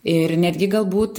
ir netgi gal būt